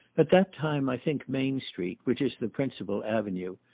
at that time i think main street, which is the principal avenue,